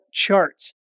charts